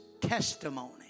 testimony